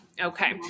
Okay